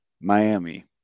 Miami